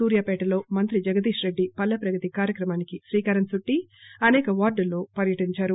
సూర్యాపేటలో మంత్రి జగదీష్ రెడ్డి పల్లెప్రగతి కార్యక్రమానికి శ్రీకారం చుట్టి అనేక వార్డుల్లో పర్యటించారు